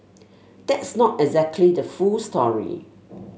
that's not exactly the full story